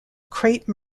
crepe